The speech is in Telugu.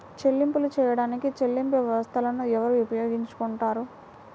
చెల్లింపులు చేయడానికి చెల్లింపు వ్యవస్థలను ఎవరు ఉపయోగించుకొంటారు?